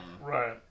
Right